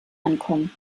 ankommen